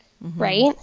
right